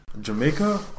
Jamaica